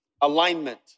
Alignment